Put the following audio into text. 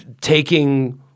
taking